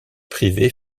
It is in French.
privée